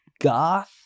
goth